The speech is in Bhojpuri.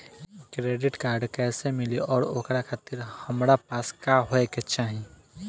क्रेडिट कार्ड कैसे मिली और ओकरा खातिर हमरा पास का होए के चाहि?